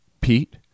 Pete